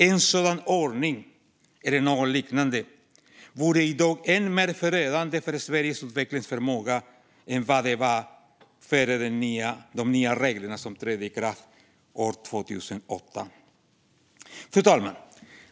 En sådan ordning eller någon liknande vore i dag än mer förödande för Sveriges utvecklingsförmåga än den var innan de nya reglerna trädde i kraft år 2008. Fru talman!